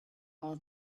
all